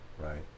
Right